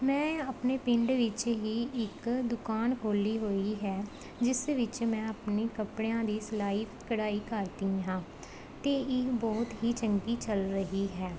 ਮੈਂ ਆਪਣੇ ਪਿੰਡ ਵਿੱਚ ਹੀ ਇੱਕ ਦੁਕਾਨ ਖੋਲ੍ਹੀ ਹੋਈ ਹੈ ਜਿਸ ਵਿੱਚ ਮੈਂ ਆਪਣੇ ਕੱਪੜਿਆਂ ਦੀ ਸਿਲਾਈ ਕਢਾਈ ਕਰਦੀ ਹਾਂ ਅਤੇ ਇਹ ਬਹੁਤ ਹੀ ਚੰਗੀ ਚੱਲ ਰਹੀ ਹੈ